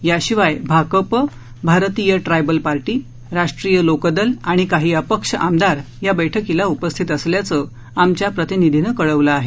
याशिवाय भाकपं Bharatiya tribal party Rashtriya Lokdal आणि काही अपक्ष आमदार या बैठकीला उपस्थित असल्याचं आमच्या प्रतिनिधीनं कळवलं आहे